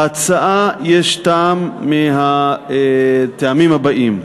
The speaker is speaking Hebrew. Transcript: בהצעה יש טעם מהטעמים הבאים: